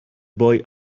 boy